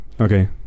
okay